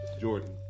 Jordan